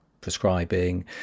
prescribing